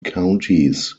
counties